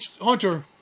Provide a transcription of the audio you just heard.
Hunter